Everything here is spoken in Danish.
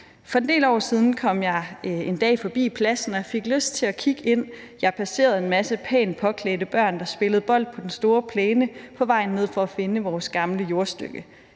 »For en del år siden kom jeg en dag forbi pladsen, og fik lyst til at kigge ind. Jeg passerede en masse pænt påklædte børn, der spillede bold på den store plæne, på vejen ned for at finde vores gamle jordstykke.